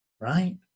right